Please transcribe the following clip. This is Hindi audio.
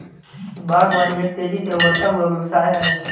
बागवानी एक तेज़ी से उभरता हुआ व्यवसाय है